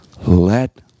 Let